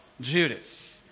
Judas